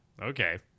okay